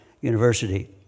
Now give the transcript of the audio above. University